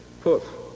poof